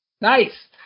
Nice